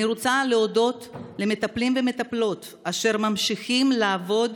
אני רוצה להודות למטפלים ולמטפלות אשר ממשיכים לעבוד